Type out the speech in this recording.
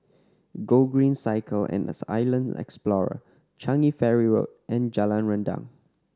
Gogreen Cycle and Island Explorer Changi Ferry Road and Jalan Rendang